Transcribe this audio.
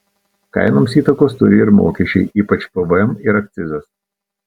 kainoms įtakos turi ir mokesčiai ypač pvm ir akcizas